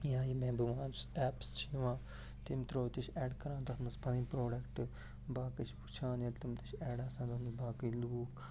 یا یِم اٮ۪پٕس چھِ یِوان تٔمۍ تھرو تہِ چھِ اٮ۪ڈ کران تَتھ منٛز پَنٕنۍ پروڈکٹ باقٕے چھِ وُچھان ییٚلہِ تم تہِ چھِ اٮ۪ڈ آسان تَتھ منٛز باقٕے لوٗکھ